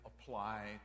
apply